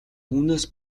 үүнээс